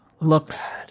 Looks